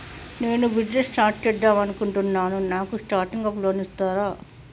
నేను business start చేద్దామనుకుంటున్నాను నాకు స్టార్టింగ్ అప్ లోన్ ఇస్తారా?